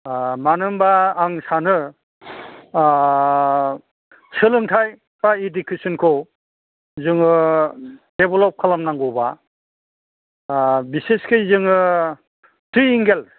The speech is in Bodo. मानो होनोबा आं सानो सोलोंथाइ बा इडुकेसनखौ जोङो देभलप खालामनांगौबा बिसेसखै जोङो थ्रि एंगोल